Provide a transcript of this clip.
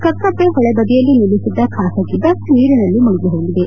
ಕಕ್ಕಟ್ಟ ಹೊಳೆಬದಿಯಲ್ಲಿ ನಿಲ್ಲಿಸಿದ್ದ ಖಾಸಗಿ ಬಸ್ ನೀರಿನಲ್ಲಿ ಮುಳುಗಿ ಹೋಗಿದೆ